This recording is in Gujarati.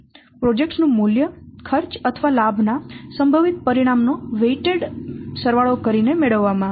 પ્રોજેક્ટ્સ નું મૂલ્ય ખર્ચ અથવા લાભ ના સંભવિત પરિણામ નો વેઈટેડ સરવાળો કરીને મેળવવામાં આવે છે